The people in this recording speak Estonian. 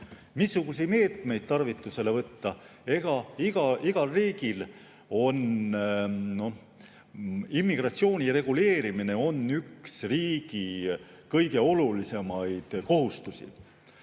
Missuguseid meetmeid tarvitusele võtta? Igal riigil on immigratsiooni reguleerimine üks kõige olulisemaid kohustusi,